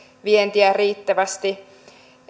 vientiä riittävästi